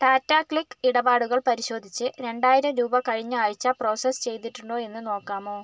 Tata click ഇടപാടുകൾ പരിശോധിച്ച് രണ്ടായിരം രൂപ കഴിഞ്ഞ ആഴ്ച്ച പ്രോസസ്സ് ചെയ്തിട്ടുണ്ടോ എന്ന് നോക്കാമോ